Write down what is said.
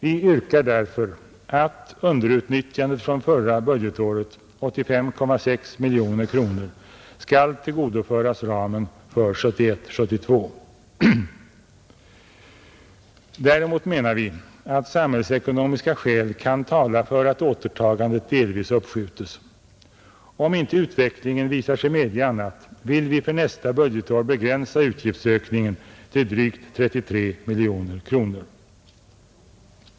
Vi yrkar därför att underutnyttjandet från förra budgetåret, 85,6 miljoner kronor, skall tillgodoföras ramen för 1971/72. Däremot menar vi att samhällsekonomiska skäl kan tala för att återtagandet delvis uppskjutes. Om inte utvecklingen visar sig medge annat, vill vi för nästa budgetår begränsa utgiftsökningen till drygt 33 miljoner kronor.